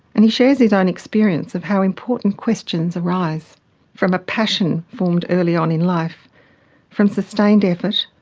and he shares his own experience of how important questions arise from a passion formed early on in life from sustained effort,